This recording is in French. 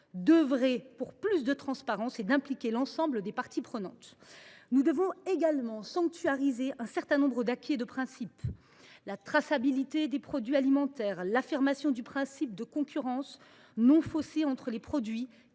d’œuvrer pour plus de transparence et d’impliquer l’ensemble des parties prenantes. Nous devons également sanctuariser un certain nombre d’acquis et de principes : la traçabilité des produits alimentaires, l’affirmation du principe de concurrence non faussée entre les produits